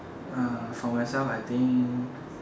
uh for myself I think